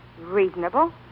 Reasonable